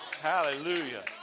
Hallelujah